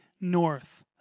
north